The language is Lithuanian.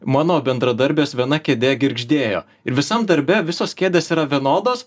mano bendradarbės viena kėde girgždėjo ir visam darbe visos kėdės yra vienodos